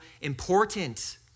important